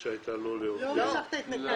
שהייתה לו --- הוא לא משך את ההתנגדות,